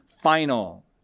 final